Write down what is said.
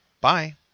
Bye